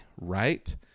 right